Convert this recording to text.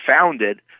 founded